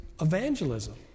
evangelism